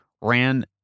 ran